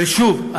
ושוב,